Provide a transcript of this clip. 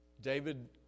David